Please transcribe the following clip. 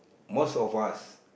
most of us